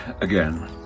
again